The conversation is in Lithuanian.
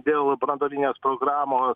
dėl branduolinės programos